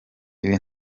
ibi